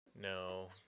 No